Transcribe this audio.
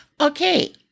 Okay